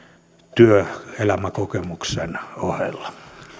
työelämäkokemuksen ohella